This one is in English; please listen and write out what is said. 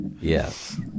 yes